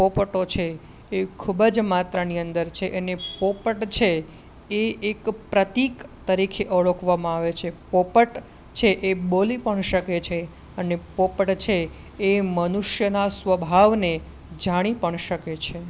પોપટો છે એ ખૂબ જ માત્રાની અંદર છે અને પોપટ છે એ એક પ્રતીક તરીકે ઓળખવામાં આવે છે પોપટ છે એ બોલી પણ શકે છે અને પોપટ છે એ મનુષ્યના સ્વભાવને જાણી પણ શકે છે